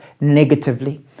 negatively